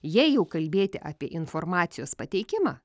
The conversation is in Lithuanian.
jei jau kalbėti apie informacijos pateikimą